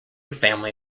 family